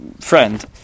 friend